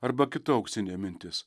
arba kita auksinė mintis